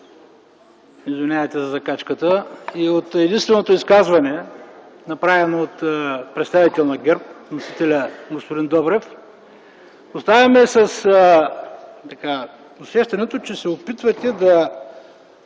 (извинявайте за закачката) и от единственото изказване, направено от представителя на ГЕРБ - вносителят господин Добрев, оставам с усещането, че се опитвате да